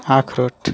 আখরোট